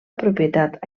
propietat